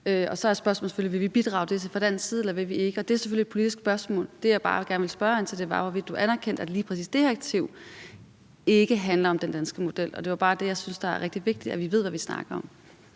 selvfølgelig: Vil vi bidrage til det fra dansk side, eller vil vi ikke? Det er selvfølgelig et politisk spørgsmål. Det, jeg bare gerne ville spørge ind til, var, hvorvidt du anerkendte, at lige præcis det her direktiv ikke handler om den danske model. Det er bare det, jeg synes er rigtig vigtigt, altså at vi ved, hvad vi snakker om.